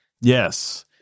Yes